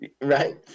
Right